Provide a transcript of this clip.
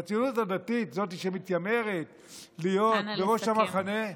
הציונות הדתית, זאת שמתיימרת להיות בראש המחנה,